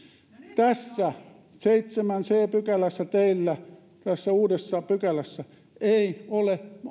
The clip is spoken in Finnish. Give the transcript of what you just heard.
tässä seitsemännessä c pykälässä tässä uudessa pykälässä teillä ei ole